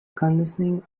conditioning